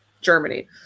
Germany